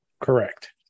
Correct